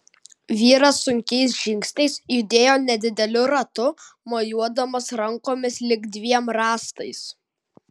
vyras sunkiais žingsniais judėjo nedideliu ratu mojuodamas rankomis lyg dviem rąstais